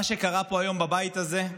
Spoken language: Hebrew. מה שקרה פה היום בבית הזה,